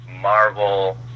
Marvel